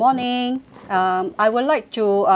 um I would like to uh